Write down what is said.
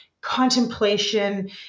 contemplation